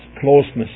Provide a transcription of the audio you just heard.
closeness